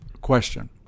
question